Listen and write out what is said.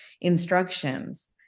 instructions